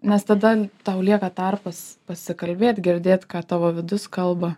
nes tada tau lieka tarpas pasikalbėt girdėt ką tavo vidus kalba